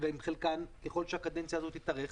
יכול להיות שהקדנציה הזאת תתארך